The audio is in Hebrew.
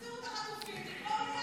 תחזירו את החטופים, נגמור עניין.